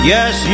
Yes